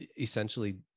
essentially